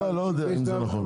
לא יודע אם זה נכון.